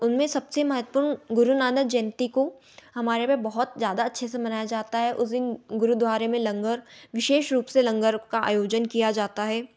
उनमें सबसे महत्वपूर्ण गुरुनानक जयंती को हमारे में बहुत ज़्यादा अच्छे से मनाया ज़ाता है उस दिन गुरुद्वारे में लंगर विशेष रूप से लंगर का आयोजन किया जाता है